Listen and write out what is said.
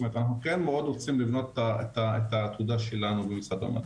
זאת אומרת אנחנו כן מאוד רוצים לבנות את העתודה שלנו במשרד המדע.